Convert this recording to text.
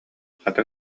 хата